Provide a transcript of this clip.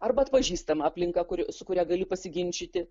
arba atpažįstama aplinka kuri su kuria gali pasiginčyti